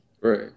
right